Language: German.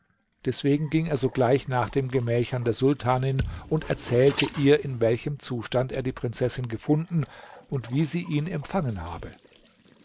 deswegen ging er sogleich nach dem gemächern der sultanin und erzählte ihr in welchem zustand er die prinzessin gefunden und wie sie ihn empfangen habe